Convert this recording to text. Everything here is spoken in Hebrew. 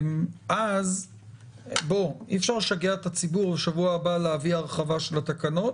אז אי-אפשר לשגע את הציבור ושבוע הבא להביא הרחבה של התקנות.